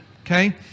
Okay